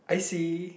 I see